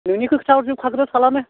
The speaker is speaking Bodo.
नोंनिखौ खिथाहरजोब खाग्रो थारलानो